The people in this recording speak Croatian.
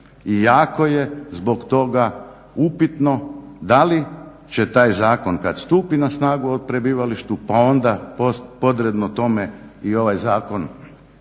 jako je zbog toga upitno da li će taj zakon kad stupi na snagu, o prebivalištu pa onda podrdno tome i ovaj Zakon